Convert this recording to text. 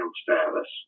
status